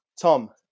Tom